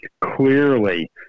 clearly